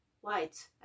white